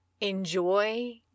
enjoy